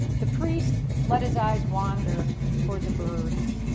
the priest let his eyes wander towards the birds.